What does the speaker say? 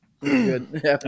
good